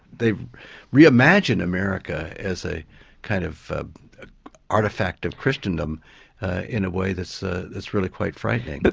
they've re-imagined america as a kind of ah ah artefact of christendom in a way that's ah that's really quite frightening. but